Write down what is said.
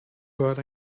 burt